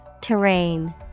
Terrain